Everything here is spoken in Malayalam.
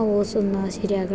ആ ഓസൊന്ന് ശരിയാക്കണം